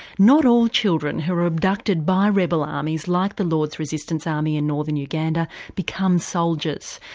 not all children who are abducted by rebel armies like the lord's resistance army in northern uganda become soldiers.